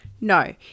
No